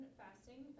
fasting